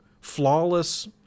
flawless